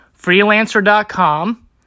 freelancer.com